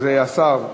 השר,